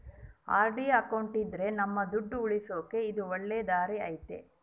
RD account ಇದ್ರ ನಮ್ ದುಡ್ಡು ಉಳಿಸಕ ಇದು ಒಳ್ಳೆ ದಾರಿ ಐತಿ